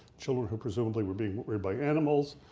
children who presumably were being reared by animals,